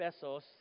pesos